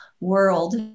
world